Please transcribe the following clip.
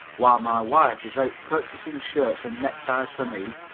while my wife is out purchasing shirts and neckties for me,